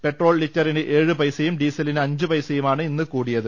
petrol ലിറ്ററിന് ഏഴ് പൈസയും ഡീസലിന് അഞ്ചുപൈസയുമാണ് ഇന്ന് കൂടിയത്